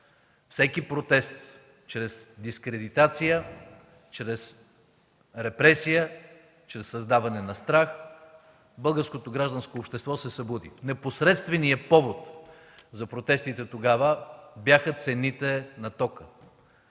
всеки протест чрез дискредитация, чрез репресия, чрез създаване на страх българското гражданско общество се събуди. Непосредственият повод за протестите тогава бяха цените на тока